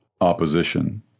opposition